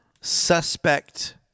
suspect